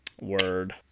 Word